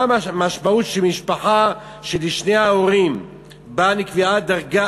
מה המשמעות שמשפחה שלשני ההורים בה נקבעה דרגה